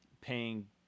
paying